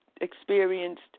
experienced